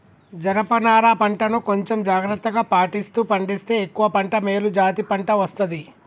జనప నారా పంట ను కొంచెం జాగ్రత్తలు పాటిస్తూ పండిస్తే ఎక్కువ పంట మేలు జాతి పంట వస్తది